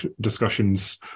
discussions